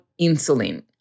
insulin